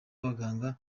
abaganga